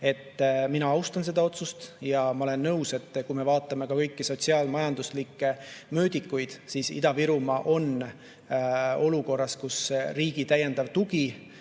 Mina austan seda otsust ja ma olen nõus, et kui me vaatame kõiki sotsiaalmajanduslikke mõõdikuid, siis [näeme], et Ida-Virumaa on olukorras, kus riigi [lisa]tugi